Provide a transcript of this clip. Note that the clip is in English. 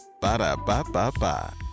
Ba-da-ba-ba-ba